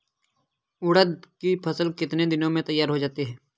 उड़द की फसल कितनी दिनों में तैयार हो जाती है?